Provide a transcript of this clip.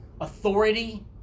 authority